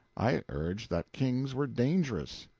i urged that kings were dangerous.